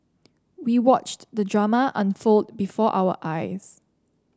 we watched the drama unfold before our eyes